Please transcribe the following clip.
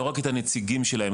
לא רק את הנציגים שלהם.